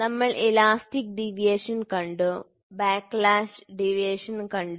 ഞങ്ങൾ elastic deviation കണ്ടു backlash deviation കണ്ടു